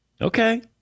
Okay